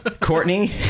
Courtney